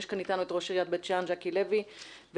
נמצא אתנו ראש עיריית בית שאן ג'קי לוי ואת